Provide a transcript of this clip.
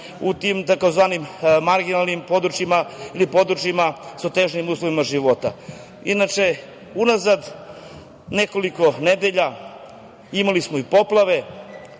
u tim tzv. marginalnim područjima ili područjima sa težim uslovima života. Inače, unazad nekoliko nedelja imali smo i poplave,